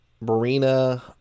Marina